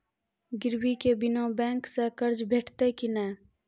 गिरवी के बिना बैंक सऽ कर्ज भेटतै की नै?